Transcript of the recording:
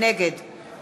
נגד